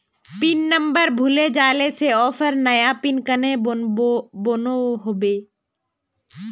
Pin number भूले जाले से ऑफर नया पिन कन्हे बनो होबे?